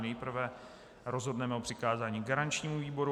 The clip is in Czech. Nejprve rozhodneme o přikázání garančnímu výboru.